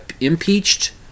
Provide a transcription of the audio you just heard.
impeached